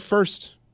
first